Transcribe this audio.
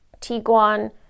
Tiguan